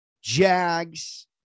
Jags